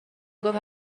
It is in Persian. گفت